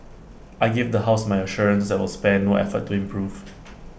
I give the house my assurance that we will spare no effort to improve